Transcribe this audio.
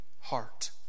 heart